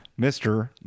Mr